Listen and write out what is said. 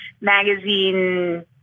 magazine